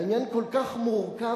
העניין כל כך מורכב,